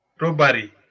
Robbery